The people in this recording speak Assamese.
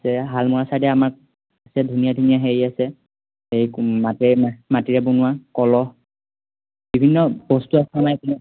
শালমৰা ছাইডে আমাক আছে ধুনীয়া ধুনীয়া হেৰি আছে হেৰি মাটিৰ মাটিৰে বনোৱা কলহ বিভিন্ন বস্তু আছে আমাৰ এইপিনে